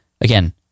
again